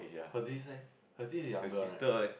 her sis leh her sis is younger right